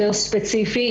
יותר ספציפי.